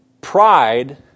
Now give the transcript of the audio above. pride